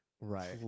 right